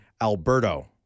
Alberto